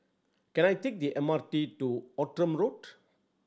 can I take the M R T to Outram Road